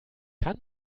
kann